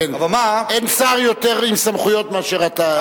אין שר עם יותר סמכויות מאשר אתה.